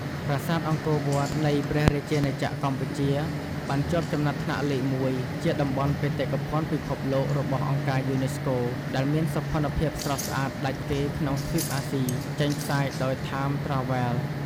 ប្រាសាទអង្គរវត្តនៃព្រះជាណាចក្រកម្ពុជា បានជាប់ចំណាត់ថ្នាក់លេខ១ ជាតំបន់បេតិកភណ្ឌពិភពលោករបស់អង្គការយូណេស្កូ ដែលមានសោភ័ណភាពស្រស់ស្អាតដាច់គេក្នុងទ្វីបអាស៊ី ចេញផ្សាយដោយ TimesTravel។